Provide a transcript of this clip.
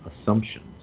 assumptions